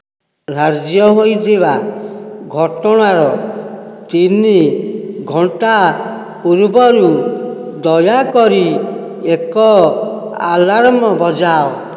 ଧାର୍ଯ୍ୟ ହୋଇଥିବା ଘଟଣାର ତିନି ଘଣ୍ଟା ପୂର୍ବରୁ ଦୟାକରି ଏକ ଆଲାର୍ମ ବଜାଅ